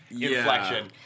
inflection